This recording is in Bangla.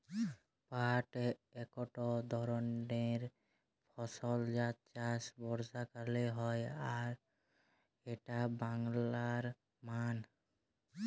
পাট একট ধরণের ফসল যার চাষ বর্ষাকালে হয় আর এইটা বাংলার মান